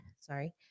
sorry